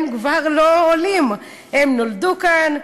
הם כבר לא עולים, הם נולדו כאן,